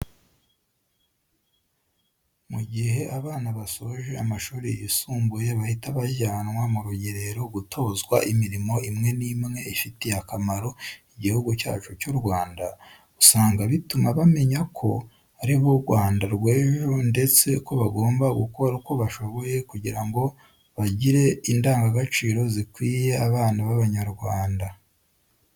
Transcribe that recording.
Mu gihe abana basoje amashuri yisumbuye bahita bajyanwa mu rugerero gutozwa imirimo imwe n'imwe ifitiye akamaro Igihugu cyacu cy'u Rwanda, usanga bituma bamenya ko ari bo Rwanda rw'ejo ndetse ko bagomba gukora uko bashoboye kugira ngo bagire indangagaciro zikwiriye abana b'Abanyarwanda.